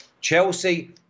Chelsea